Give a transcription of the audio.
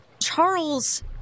Charles